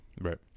Right